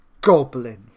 Goblin